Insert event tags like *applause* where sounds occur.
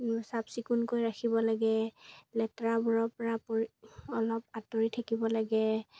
চাফ চিকুণকৈ ৰাখিব লাগে লেতেৰাবোৰৰপৰা *unintelligible* অলপ আঁতৰি থাকিব লাগে